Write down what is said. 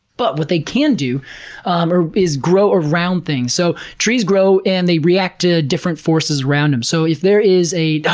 but what they can do um is grow around things, so trees grow and they react to different forces around them. so if there is a, oh,